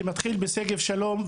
שמתחיל בשגב שלום.